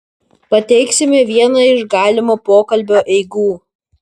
pateiksime vieną iš galimo pokalbio eigų